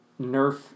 Nerf